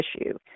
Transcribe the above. issue